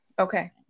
Okay